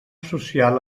social